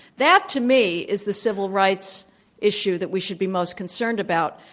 that, to me, is the civil rights issue that we should be most concerned about.